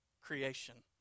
creation